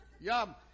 Yum